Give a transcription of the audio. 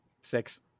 six